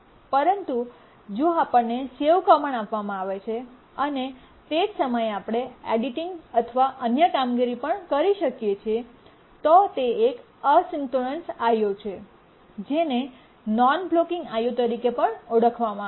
પરંતુ જો આપણને સેવ કમાન્ડ આપવામાં આવે છે અને તે જ સમયે આપણે એડિટિંગ અને અન્ય કામગીરી પણ કરી શકીએ છીએ તો તે એક અસિંક્રનસ IO છે જેને નોનબ્લોકિંગ I O તરીકે પણ ઓળખવામાં આવે છે